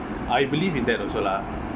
I believe in that also lah